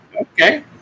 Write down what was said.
okay